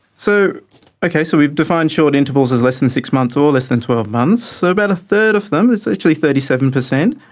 so okay, so we've defined short intervals as less than six months or less than twelve months, so about a third of them, it's actually thirty seven percent,